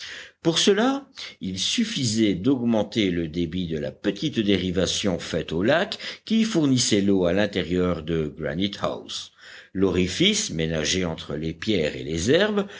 pour cela il suffisait d'augmenter le débit de la petite dérivation faite au lac qui fournissait l'eau à l'intérieur de granite house l'orifice ménagé entre les pierres et les herbes